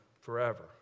forever